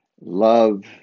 Love